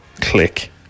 click